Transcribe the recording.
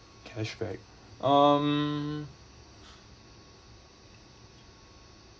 cashback um